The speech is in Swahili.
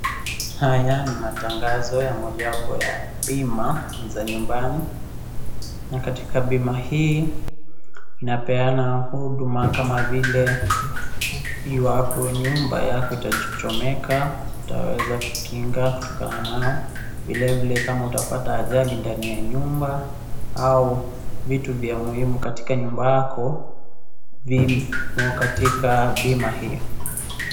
Haya ni matangazo ya mojawapo ya bima za nyumbani na katika bima hii inapeana huduma kama vile ikiwa hapo nyumba yako itakapochomeka tutaweza kukinga kutokana nao vile vile kama utapata ajali ndani ya nyumba au vitu vya muhimu katika nyumba yako vimo katika bima hii.